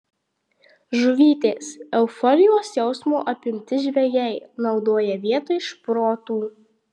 žuvytės euforijos jausmo apimti žvejai naudoja vietoj šprotų